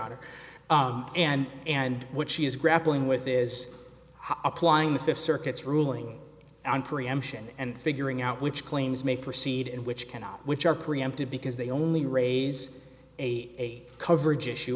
honor and and what she is grappling with is applying the fifth circuits ruling on preemption and figuring out which claims may proceed and which cannot which are preempted because they only raise a coverage issue